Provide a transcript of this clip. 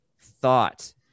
thought